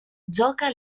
gioca